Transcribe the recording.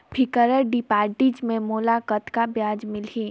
Fixed deposit मे मोला कतका ब्याज मिलही?